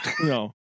No